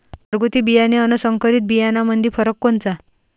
घरगुती बियाणे अन संकरीत बियाणामंदी फरक कोनचा?